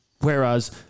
Whereas